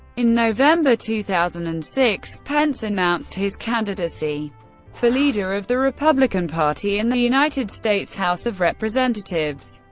in november two thousand and six, pence announced his candidacy for leader of the republican party in the united states house of representatives.